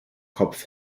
kopf